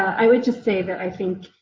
i would just say that i think,